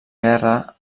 guerra